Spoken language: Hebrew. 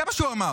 זה מה שהוא אמר.